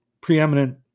preeminent